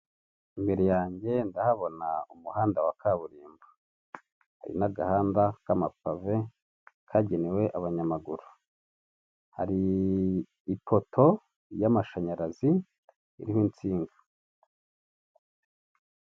Imbere yanjye ndahabona umuhanda wa kaburimbo, hari n'agahanda k'amapave kagenewe abanyamaguru, hari ipoto y'amashanyarazi iriho insinga.